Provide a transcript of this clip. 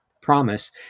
promise